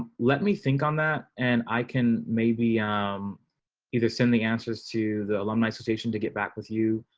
let me think on that and i can maybe um either send the answers to the alumni association to get back with you,